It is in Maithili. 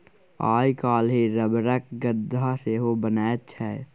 आइ काल्हि रबरक गद्दा सेहो बनैत छै